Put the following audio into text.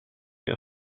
your